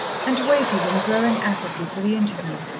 and waited in growing apathy for the interview,